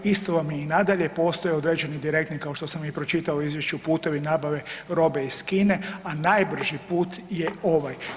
Isto vam je i nadalje, postoje određeni direktni kao što sam i pročitao u izvješću putevi nabave robe iz Kine, a najbrži put je ovaj.